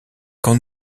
quand